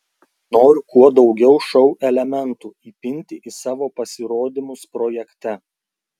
noriu kuo daugiau šou elementų įpinti į savo pasirodymus projekte